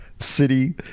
city